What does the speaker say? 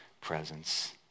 presence